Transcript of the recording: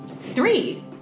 Three